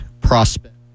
prospect